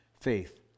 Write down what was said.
faith